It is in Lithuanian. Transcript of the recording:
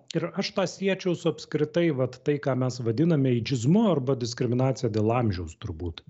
ir aš tą siečiau su apskritai vat tai ką mes vadiname eidžizmu arba diskriminacija dėl amžiaus turbūt